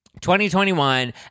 2021